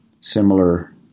similar